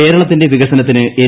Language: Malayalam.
കേരളത്തിന്റെ വികസനത്തിന് എൻ